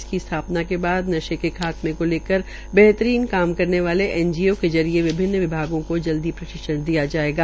इसकी स्थापना के बाद नशे के खात्मे को लेकर बेहतरनी कार्य करने वाले एनजीओ के जरिये विभिन्न विभागों को जरूरी प्रशिक्षण दिया जायेगा